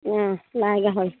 হয়